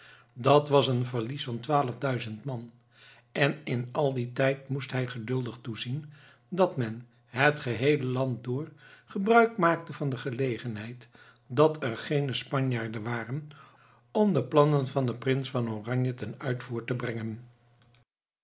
dat was een verlies van twaalfduizend man en in al dien tijd moest hij geduldig toezien dat men het geheele land door gebruik maakte van de gelegenheid dat er geene spanjaarden waren om de plannen van den prins van oranje ten uitvoer te brengen